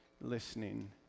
listening